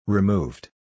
Removed